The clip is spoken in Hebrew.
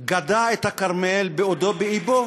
גדע את הכרמל בעודו באבו.